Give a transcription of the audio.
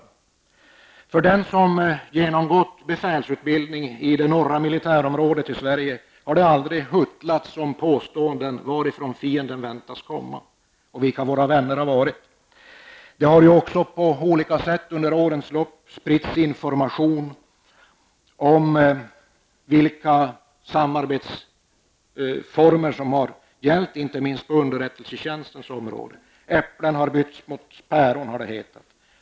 För åtminstone den som har genomgått befälsutbildning i det norra militärområdet i Sverige har det aldrig huttlats med påståenden om varifrån fienden väntas komma och vilka våra vänner har varit. Det har ju också på olika sätt under årens lopp spritts information om vilka samarbetsformer som har varit gällande, inte minst på underrättelsetjänstens område. Äpplen har bytts mot päron, har det hetat.